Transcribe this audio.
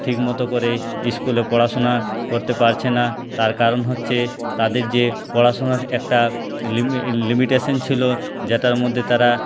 ঠিক মতো করে ইস্কুলে পড়াশোনা করতে পারছে না তার কারণ হচ্ছে তাদের যে পড়াশোনার একটা লিমিটেশন ছিল যেটার মধ্যে তারা